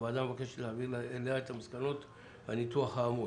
הוועדה מבקשת להעביר אליה את המסקנות של הניתוח האמור.